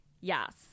Yes